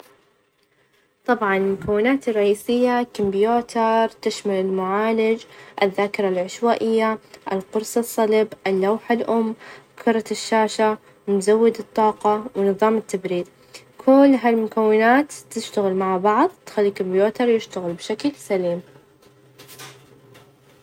طبعًا مكونات الرئيسية كمبيوتر تشمل المعالج الذاكرة العشوائية القرص الصلب اللوحة الأم كرة الشاشة، مزود الطاقة ،ونظام التبريد كل هاي المكونات تشتغل مع بعض، وتخلي كمبيوتر يشتغل بشكل سليم.